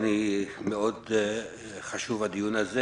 הדיון הזה הוא מאוד חשוב.